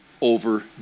over